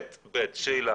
ב', שאלה,